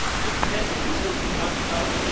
just potential uses we talked about.